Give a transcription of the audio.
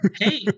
Hey